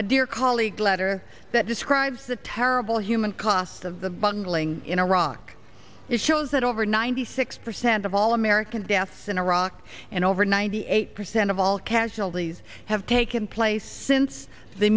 a dear colleague letter that describes the terrible human cost of the bungling in iraq it shows that over ninety six percent of all american deaths in iraq and over ninety eight percent of all casualties have taken place since the